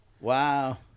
Wow